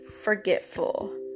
Forgetful